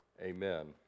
Amen